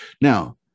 Now